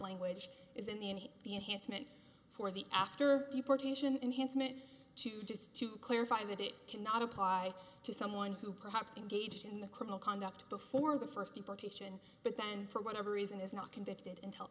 language is in the ne the enhancement for the after deportation enhancement to just to clarify that it cannot apply to someone who perhaps engaged in the criminal conduct before the first deportation but then for whatever reason is not convicted